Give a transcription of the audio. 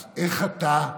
אז איך אתה,